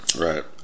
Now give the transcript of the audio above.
Right